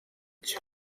cyo